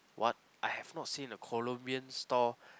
what I have not seen a Colombian store